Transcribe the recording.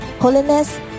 holiness